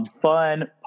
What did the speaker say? fun